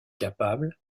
capable